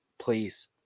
please